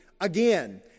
again